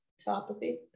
telepathy